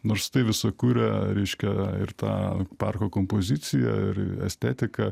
nors tai visa kuria reiškia ir tą parko kompoziciją ir estetiką